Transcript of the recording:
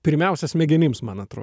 pirmiausia smegenims man atro